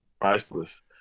priceless